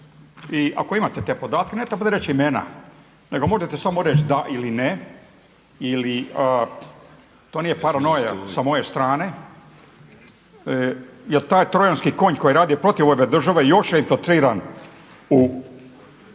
I ako imate te podatke ne trebate reći imena, nego možete reći samo da ili ne. To nije paranoja sa moje strane, jer taj trojanski konj koji radi protiv ove države još je …/Govornik se ne